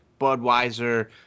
Budweiser